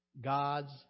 God's